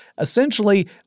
Essentially